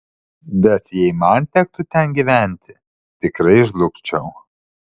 bet jei man tektų ten gyventi tikrai žlugčiau